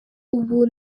ubu